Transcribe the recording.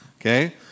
okay